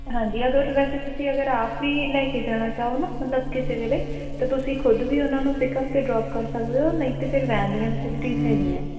ਹਾਂਜੀ ਅਗਰ ਵੈਸੇ ਤੁਸੀਂ ਅਗਰ ਆਪ ਵੀ ਲੈ ਕੇ ਜਾਣਾ ਚਾਹੋ ਨਾ ਮਤਲਬ ਕਿਸੇ ਵੇਲੇ ਤਾਂ ਤੁਸੀਂ ਖੁਦ ਵੀ ਉਹਨਾਂ ਨੂੰ ਪਿਕਅਪ ਅਤੇ ਡਰੋਪ ਕਰ ਸਕਦੇ ਹੋ ਨਹੀਂ ਤਾਂ ਫਿਰ ਵੈਨ ਦੀਆਂ ਫਸਿਲਟੀਜ਼ ਹੈਗੀਆਂ